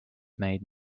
made